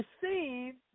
receive